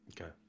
Okay